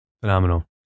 Phenomenal